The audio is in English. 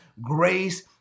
grace